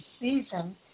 season